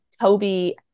Toby